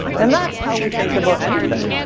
and that's how we think about anything.